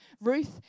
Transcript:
Ruth